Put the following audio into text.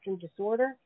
disorder